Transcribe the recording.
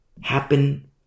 happen